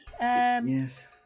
Yes